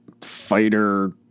fighter